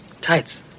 Tights